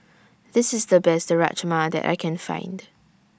This IS The Best Rajma that I Can Find